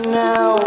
now